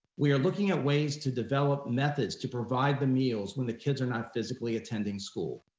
we are looking at ways to develop methods to provide the meals when the kids are not physically attending school.